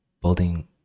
building